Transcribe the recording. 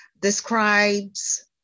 describes